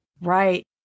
Right